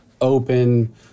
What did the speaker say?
open